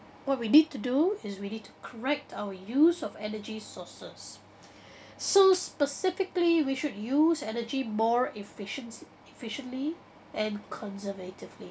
what we need to do is we need to correct our use of energy sources so specifically we should use energy more efficiency efficiently and conservatively